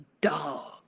dog